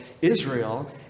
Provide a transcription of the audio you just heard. Israel